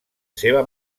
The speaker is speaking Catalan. seva